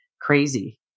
crazy